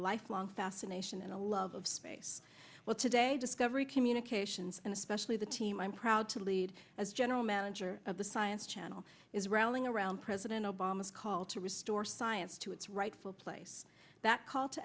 lifelong fascination and a love of space well today discovery communications and especially the team i'm proud to lead as general manager of the science channel is rallying around president obama's call to restore science to its rightful place that call to